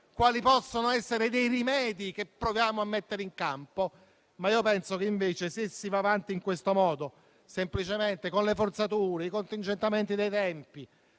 quali possono essere i rimedi da mettere in campo. Penso che se si andrà avanti in questo modo, semplicemente con le forzature, il contingentamento dei tempi,